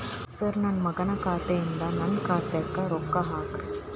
sir ನನ್ನ ಮಗನ ಖಾತೆ ಯಿಂದ ನನ್ನ ಖಾತೆಗ ರೊಕ್ಕಾ ಹಾಕ್ರಿ